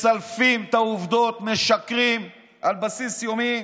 מסלפים את העובדות, משקרים על בסיס יומי,